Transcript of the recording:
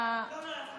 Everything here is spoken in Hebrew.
לא, אנחנו